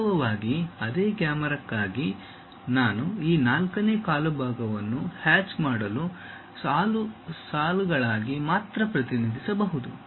ವಾಸ್ತವವಾಗಿ ಅದೇ ಕ್ಯಾಮರಾಕ್ಕಾಗಿ ನಾನು ಈ ನಾಲ್ಕನೇ ಕಾಲು ಭಾಗವನ್ನು ಹ್ಯಾಚ್ ಸಾಲುಗಳಾಗಿ ಮಾತ್ರ ಪ್ರತಿನಿಧಿಸಬಹುದು